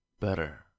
better